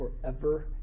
forever